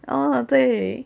orh 对